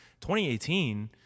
2018